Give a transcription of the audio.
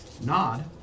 Nod